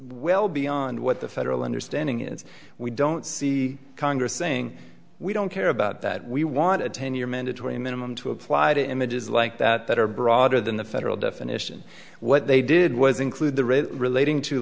well beyond what the federal understanding it's we don't see congress saying we don't care about that we want a ten year mandatory minimum to apply to images like that that are broader than the federal definition what they did was include the rape relating to